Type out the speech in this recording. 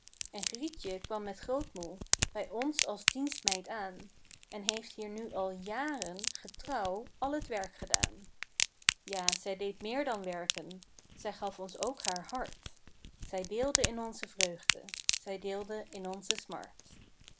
en grietje kwam met grootmoe bij ons als dienstmeid aan en heeft hier nu al jaren getrouw al t werk gedaan ja zij deed meer dan werken zij gaf ons ook haar hart zij deelde in onze vreugde zij deelde in onze smart